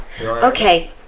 Okay